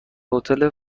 هتل